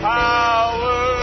power